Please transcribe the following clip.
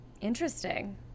Interesting